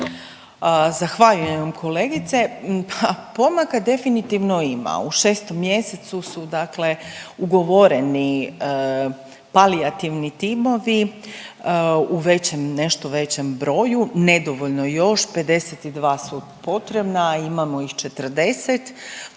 Zahvaljujem kolegice, pa pomaka definitivno ima, u 6. mjesecu su dakle ugovoreni palijativni timovi u većem, nešto većem broju, nedovoljno je još, 52 su potrebna, a imamo ih 40.